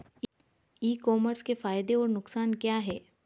ई commerce के फायदे और नुकसान क्या हैं?